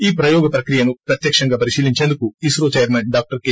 ఈ ప్రయోగ ప్రక్రియను ప్రత్యక్షంగా పరిశీలించేందుకు ఇన్రో చైర్మన్ డాక్టర్ కె